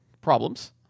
problems